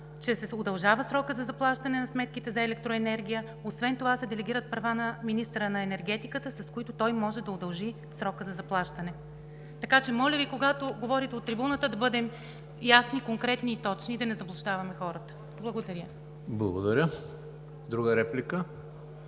Там се казва, че срокът за заплащане на сметките за електроенергия се удължава. Освен това се делегират права на министъра на енергетиката, с които той може да удължи срокът за заплащане. Така че, моля Ви, когато говорите от трибуната, да бъдем ясни, конкретни и точни и да не заблуждаваме хората. Благодаря. ПРЕДСЕДАТЕЛ ЕМИЛ